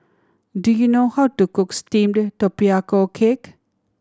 do you know how to cook steamed tapioca cake